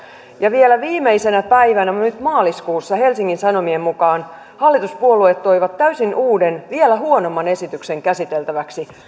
ja vielä viimeisenä päivänä nyt maaliskuussa helsingin sanomien mukaan hallituspuolueet toivat täysin uuden vielä huonomman esityksen käsiteltäväksi